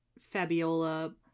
Fabiola